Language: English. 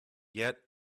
yet